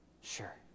Sure